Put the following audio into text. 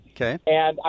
Okay